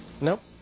Nope